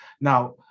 Now